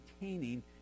maintaining